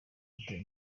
yataye